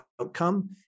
outcome